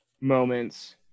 moments